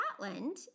Scotland